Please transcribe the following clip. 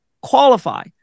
qualify